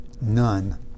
none